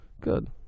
Good